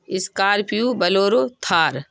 scorpio bolero Thar